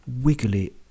wiggly